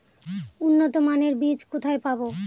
উন্নতমানের বীজ কোথায় পাব?